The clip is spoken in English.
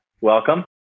welcome